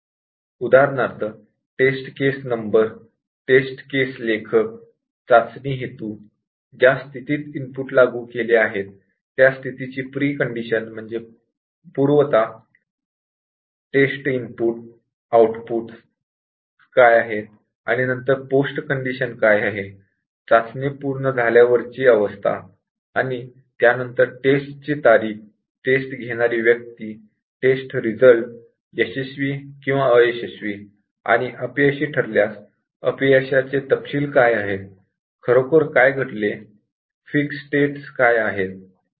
उदाहरणार्थ test case number test case author test हेतू ज्या स्थितीत इनपुट लागू केले आहेत त्या स्थितीची प्रीकंडिशन म्हणजे पूर्वता टेस्ट इनपुट आउटपुटस काय आहेत आणि नंतर पोस्टकंडिशन काय आहे टेस्टिंग पूर्ण झाल्यावरची स्टेट आणि त्यानंतर टेस्ट ची तारीख टेस्ट घेणारी व्यक्ती टेस्ट रिझल्ट पास किंवा फेल फेल झाल्यास अपयशाचे तपशील काय आहेत खरोखर काय घडले आहे आणि फिक्स स्टेटस काय आहे